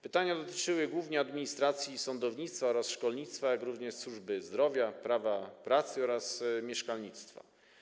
Pytania dotyczyły głównie administracji i sądownictwa oraz szkolnictwa, jak również służby zdrowia, prawa pracy oraz mieszkalnictwa.